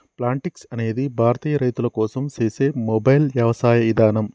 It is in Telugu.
ప్లాంటిక్స్ అనేది భారతీయ రైతుల కోసం సేసే మొబైల్ యవసాయ ఇదానం